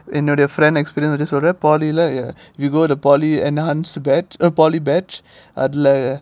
என்ன என்னுடைய:enna ennudaya friend experience சொல்றேன்:solren polytechnic lah uh you go to polytechnic enhanced bat~ uh polytechnic batch அதுல:adhula